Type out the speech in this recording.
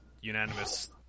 Unanimous